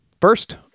First